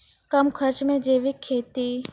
कम खर्च मे जैविक खेती?